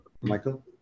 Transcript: Michael